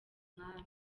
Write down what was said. umwami